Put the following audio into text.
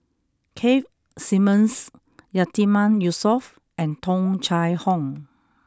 Keith Simmons Yatiman Yusof and Tung Chye Hong